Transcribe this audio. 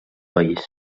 país